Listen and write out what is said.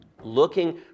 Looking